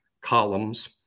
columns